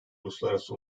uluslararası